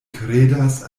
kredas